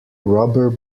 rubber